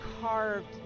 carved